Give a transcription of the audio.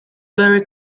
very